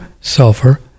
sulfur